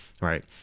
right